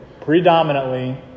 predominantly